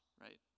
right